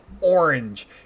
orange